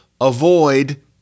avoid